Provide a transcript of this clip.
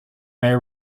may